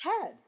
Ted